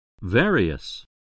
Various